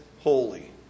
holy